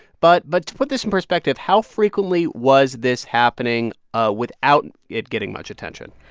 but but to put this in perspective, how frequently was this happening ah without it getting much attention?